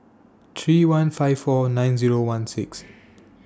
three one five four nine Zero one six